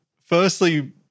firstly